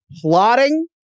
plotting